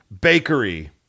bakery